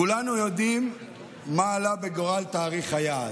כולנו יודעים מה עלה בגורל תאריך היעד.